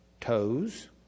toes